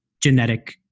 genetic